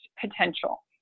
potential